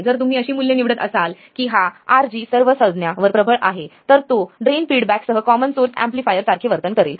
जर तुम्ही अशी मूल्ये निवडत असाल की हा RG सर्व संज्ञावर प्रबल आहे तर तो ड्रेन फीडबॅकसह कॉमन सोर्स एम्पलीफायर सारखे वर्तन करेल